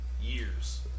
years